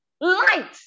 light